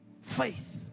faith